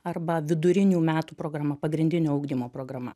arba vidurinių metų programa pagrindinio ugdymo programa